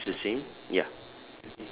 ya it's the same ya